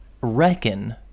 reckon